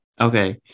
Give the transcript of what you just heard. Okay